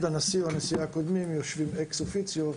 הנשיא או הנשיאה הקודמים יושבים אקס אופיציו.